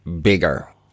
bigger